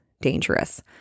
dangerous